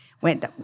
went